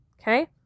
Okay